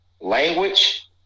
language